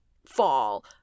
fall